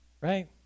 right